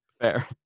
Fair